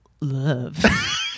love